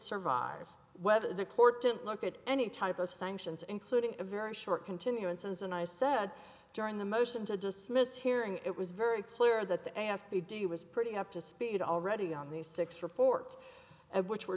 didn't look at any type of sanctions including a very short continuance and i said during the motion to dismiss hearing it was very clear that the a f p do was pretty up to speed already on these six reports which were